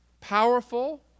powerful